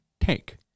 take